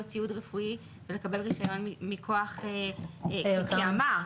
ציוד רפואי ולקבל רישיון מכוח אמ"ר.